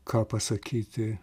ką pasakyti